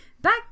Back